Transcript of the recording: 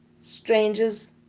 strangers